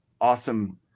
awesome –